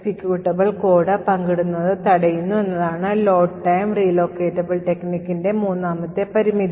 executable code പങ്കിടുന്നത് തടയുന്നു എന്നതാണ് ലോഡ് ടൈം റീലോക്കേറ്റബിൾ ടെക്നിക്കിന്റെ മൂന്നാമത്തെ പരിമിതി